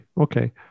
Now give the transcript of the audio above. okay